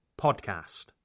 podcast